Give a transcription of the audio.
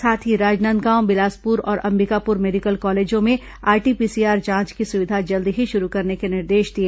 साथ ही राजनांदगांव बिलासपुर और अंबिकापुर मेडिकल कॉलेजों में आरटी पीसीआर जांच की सुविधा जल्द ही शुरू करने के निर्देश दिए